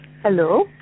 Hello